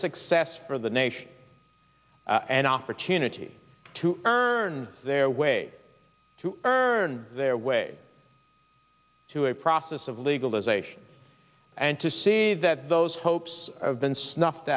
success for the nation an opportunity to earned their way to earn their way to a process of legalization and to see that those hopes have been snuffed